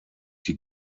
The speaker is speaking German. die